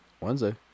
Wednesday